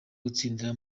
gutsindira